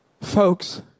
Folks